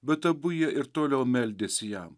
bet abu jie ir toliau meldėsi jam